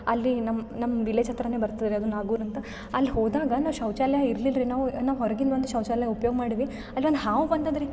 ಅಲ್ಲಿ ನಮ್ಮ ನಮ್ಮ ವಿಲೇಜ್ ಹತ್ತಿರನೇ ಬರ್ತದೆ ರೀ ಅದು ನಾಗೂರ್ ಅಂತ ಅಲ್ಲಿ ಹೋದಾಗ ನಾವು ಶೌಚಾಲಯ ಇರ್ಲಿಲ್ಲ ರೀ ನಾವು ನಾವು ಹೊರ್ಗಿಂದು ಒಂದು ಶೌಚಾಲಯ ಉಪ್ಯೋಗ ಮಾಡೀನಿ ಅಲೊಂದು ಹಾವು ಬಂದದೆ ರೀ